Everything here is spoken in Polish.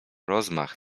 rozmach